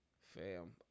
fam